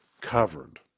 covered